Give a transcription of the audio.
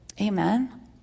Amen